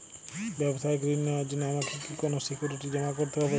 ব্যাবসায়িক ঋণ নেওয়ার জন্য আমাকে কি কোনো সিকিউরিটি জমা করতে হবে?